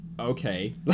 okay